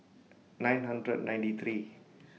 nine hundred and ninety three